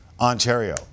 Ontario